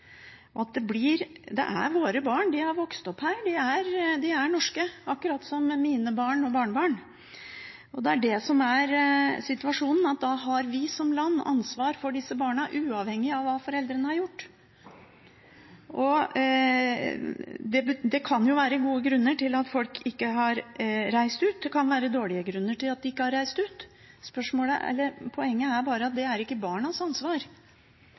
Det er våre barn, de har vokst opp her, de er norske, akkurat som mine barn og barnebarn. Det er det som er situasjonen. Da har vi som land ansvar for disse barna uavhengig av hva foreldrene har gjort. Det kan være gode grunner til at folk ikke har reist ut, og det kan være dårlige grunner til at de ikke har reist ut – poenget er bare at det er ikke barnas ansvar.